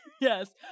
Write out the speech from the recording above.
Yes